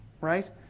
right